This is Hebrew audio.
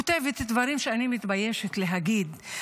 כותבת דברים שאני מתביישת להגיד,